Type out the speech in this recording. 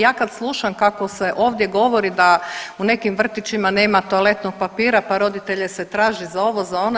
Ja kad slušam kako se ovdje govori da u nekim vrtićima nema toaletnog papira pa roditelje se traži za ovo, za ono.